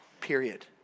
period